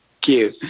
Cute